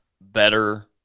better